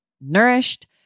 nourished